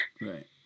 Right